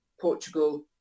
portugal